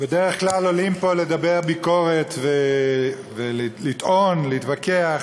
בדרך כלל עולים פה לדבר ביקורת, ולטעון, להתווכח.